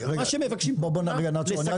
אז מה שמבקשים פה -- אוקיי, בוא רגע נעצור.